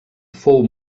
fou